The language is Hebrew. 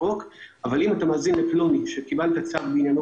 אבל אם אתה מאזין לפלוני בצו קביל בעניינו,